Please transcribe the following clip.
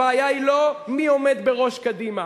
הבעיה היא לא מי עומד בראש קדימה,